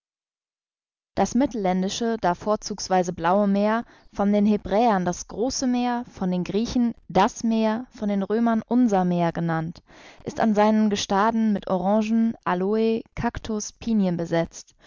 das mittelländische das vorzugsweise blaue meer von den hebräern das große meer von den griechen das meer von den römern unser meer genannt ist an seinen gestaden mit orangen aloe cactus pinien besetzt